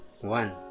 one